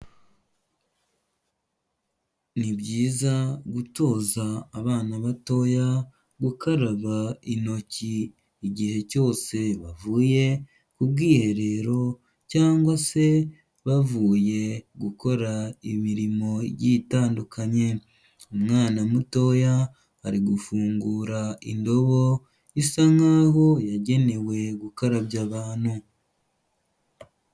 Ni byiza gutoza abana batoya gukaraba intoki igihe cyose bavuye ku bwiherero cyangwa se bavuye gukora imirimo igiye itandukanye, umwana mutoya ari gufungura indobo isa nkaho yagenewe gukarabya abantu.